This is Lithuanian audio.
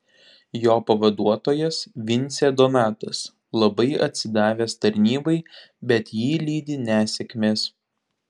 jo pavaduotojas vincė donatas labai atsidavęs tarnybai bet jį lydi nesėkmės